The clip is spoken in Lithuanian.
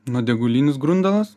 nuodėgulinis grundalas